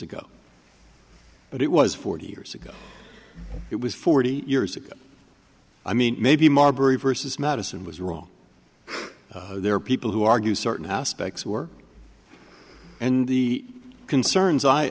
ago but it was forty years ago it was forty years ago i mean maybe marbury vs madison was wrong there are people who argue certain aspects were and the concerns